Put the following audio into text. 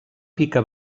pica